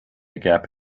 gap